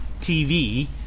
TV